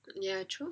ya true